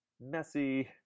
messy